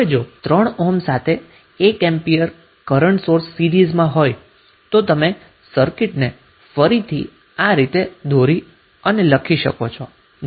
હવે તમે 3 ઓહ્મ સાથે 1 એમ્પિયર કરન્ટ સોર્સને સીરીઝમાં જોવો છો તો તમે સર્કિટને ફરીથી આ રીતે દોરી અને લખી શકો છો